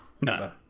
no